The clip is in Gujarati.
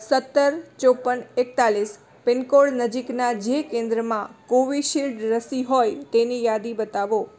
સત્તર ચોપન એકતાલીસ પિનકોડ નજીકના જે કેન્દ્રમાં કોવિશિલ રસી હોય તેની યાદી બતાવો